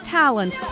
talent